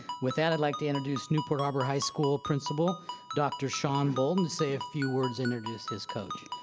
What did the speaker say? with that i'd like to introduce newport harbor high school principal dr. shawn bolton to say a few words, introduce his coach.